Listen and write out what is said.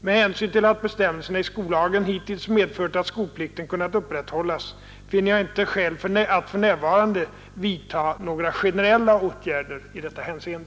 Med hänsyn till att bestämmelserna i skollagen hittills medfört att skolplikten kunnat upprätthållas, finner jag inte skäl att för närvarande vidta några generella åtgärder i detta hänseende.